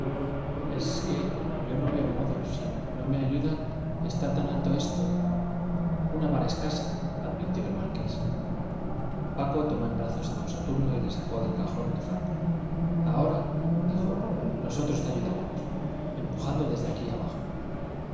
es que yo no veo modo si no me ayudan está tan alto esto una vara escasa advirtió el marqués paco tomó en brazos a don saturno y le sacó del cajón nefando ahora dijo nosotros te ayudaremos empujando desde aquí abajo